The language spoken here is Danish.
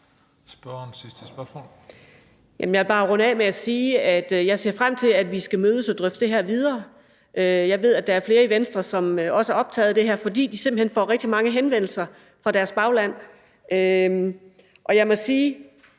jeg ser frem til, at vi skal mødes og drøfte det her videre. Jeg ved, at der er flere i Venstre, som også er optaget af det her, fordi de simpelt hen får rigtig mange henvendelser fra deres bagland. Jeg må sige,